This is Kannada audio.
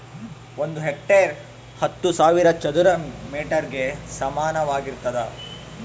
ಒಂದು ಹೆಕ್ಟೇರ್ ಹತ್ತು ಸಾವಿರ ಚದರ ಮೇಟರ್ ಗೆ ಸಮಾನವಾಗಿರ್ತದ